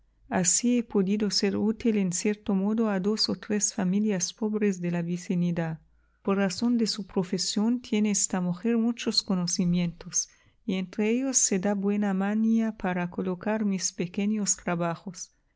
así he podido ser útil en cierto modo a dos o tres familias pobres de la vecindad por razón de su profesión tiene esta mujer muchos conocimientos y entre ellos se da buena maña para colocar mis pequeños trabajos